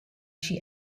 she